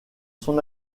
son